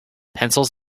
pencils